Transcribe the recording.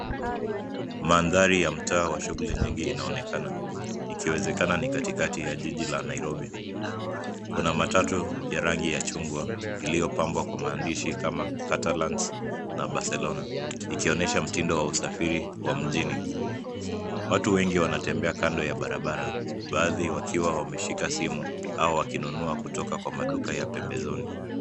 Mandahari ya mtaa wa shughuli nyingi inaonekana, ikiwezekana ni katikati ya jiji la Nairobi. Kuna matatu ya rangi ya chungwa iliyopambwa kwa maandishi kama Catalans na Barcelona ikionyesha mtindo wa usafiri wa mjini. Watu wengi wanatembea kando ya barabara baadhi wakiwa wameshika simu au wakinunua kutoka kwa maduka ya pembezoni.